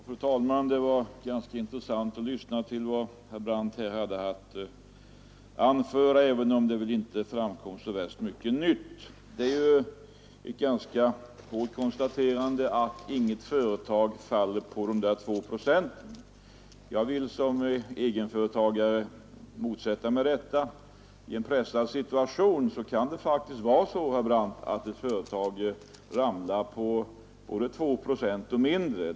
Fru talman! Det var ganska intressant att lyssna till vad herr Brandt hade att anföra, även om det väl inte framkom så värst mycket nytt. Det är ett hårt konstaterande att inget företag faller på grund av de två procenten. Jag vill som egenföretagare motsätta mig detta. I en pressad situation kan det faktiskt vara så, herr Brandt, att ett företag ramlar på både två procent och mindre.